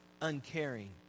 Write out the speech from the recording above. uncaring